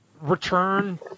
return